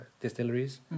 distilleries